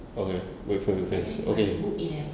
okay wait for the place okay